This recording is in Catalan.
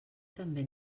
també